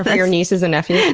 ah your nieces and nephews?